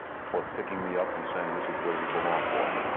for picking me up and saying, this is where you belong, boy.